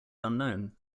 unknown